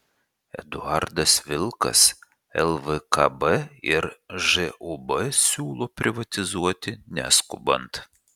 eduardas vilkas lvkb ir žūb siūlo privatizuoti neskubant